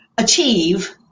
achieve